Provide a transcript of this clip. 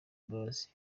imbabazi